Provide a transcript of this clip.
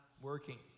working